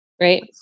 Right